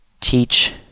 Teach